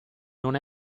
non